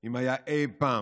אם אי פעם,